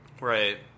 Right